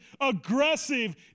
aggressive